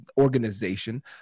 organization